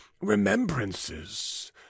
remembrances